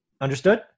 Understood